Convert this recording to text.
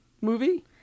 Movie